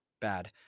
bad